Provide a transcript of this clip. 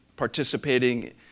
participating